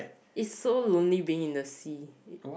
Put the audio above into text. is so lonely being in the sea